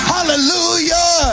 Hallelujah